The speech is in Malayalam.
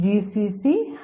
gcc hello